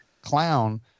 clown